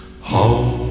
home